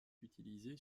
utilisé